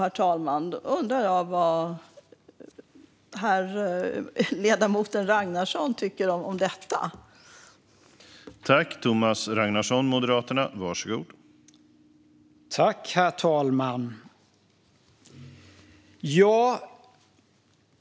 Jag undrar vad ledamoten Ragnarsson tycker om detta, herr talman.